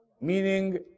Meaning